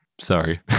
Sorry